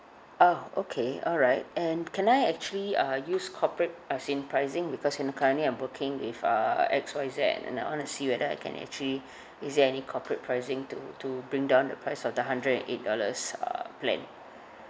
uh okay alright and can I actually uh use corporate as in pricing because you know currently I'm booking with uh X Y Z and I wanna see whether I can actually is there any corporate pricing to to bring down the price of the hundred and eight dollars uh plan